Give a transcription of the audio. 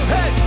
Hey